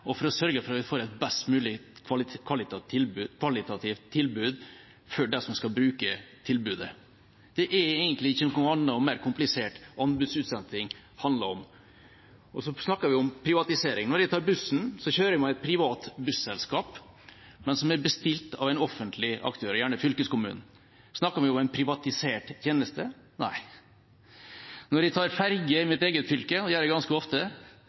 og for å sørge for at vi får et best mulig kvalitativt tilbud for dem som skal bruke tilbudet. Det er egentlig ikke noe annet eller mer komplisert anbudsutsetting handler om. Så snakker vi om privatisering. Når jeg tar bussen, kjører jeg med et privat busselskap, men som er bestilt av en offentlig aktør, gjerne fylkeskommunen. Snakker vi om en privatisert tjeneste? Nei. Når jeg tar ferge i mitt eget fylke – det gjør jeg ganske ofte